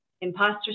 imposter